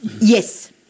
yes